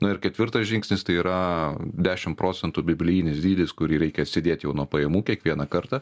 na ir ketvirtas žingsnis tai yra dešim procemtų biblijinis dydis kurį reikia atsidėt jau nuo pajamų kiekvieną kartą